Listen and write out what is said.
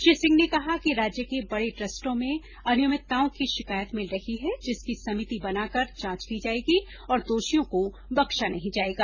श्री सिंह ने कहा कि राज्य के बड़े ट्रस्टों में अनियमितताओं की शिकायत मिल रही है जिसकी समिति बनाकर जांच की जाएगी और दोषियों को बख्शा नहीं जाएगा